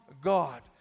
God